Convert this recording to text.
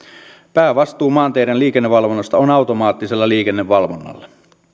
päävastuu maanteiden liikennevalvonnasta on automaattisella liikennevalvonnalla